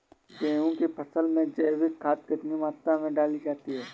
गेहूँ की फसल में जैविक खाद कितनी मात्रा में डाली जाती है?